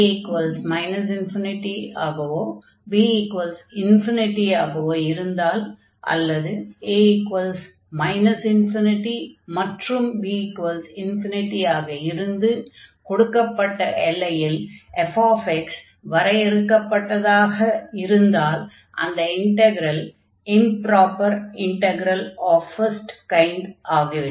a ∞ஆகவோ b∞ ஆகவோ இருந்தால் அல்லது a ∞ மற்றும் b∞ ஆக இருந்து கொடுக்கப்பட்ட எல்லையில் f வரையறுக்கப்பட்டதாக இருந்தால் அந்த integral improper integral of first kind ஆகிவிடும்